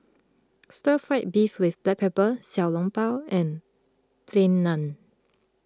Stir Fried Beef with Black Pepper Xiao Long Bao and Plain Naan